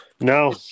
No